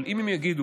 אבל אם הם יגידו: